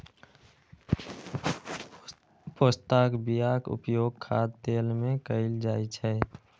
पोस्ताक बियाक उपयोग खाद्य तेल मे कैल जाइ छै